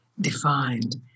defined